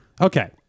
okay